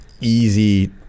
easy